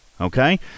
Okay